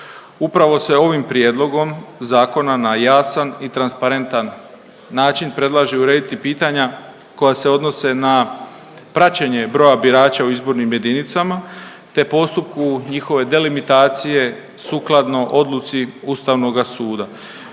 Upravo se ovim prijedlogom zakona na jasan i transparentan način predlaže urediti pitanja koja se odnose na praćenje broja birača u izbornim jedinicama te postupku njihove delimitacije sukladno odluci Ustavnoga suda